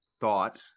thought